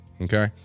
Okay